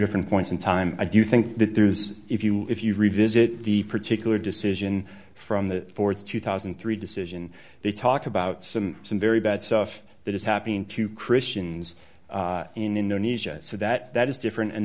different points in time i do think that there is if you if you revisit the particular decision from the th two thousand and three decision they talk about some some very bad stuff that is happening to christians in indonesia so that is different and